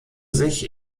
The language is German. sich